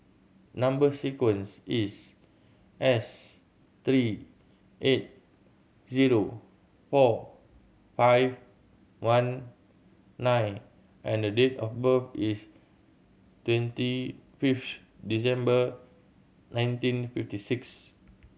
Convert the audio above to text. number sequence is S three eight zero four five one nine and date of birth is twenty fifth December nineteen fifty six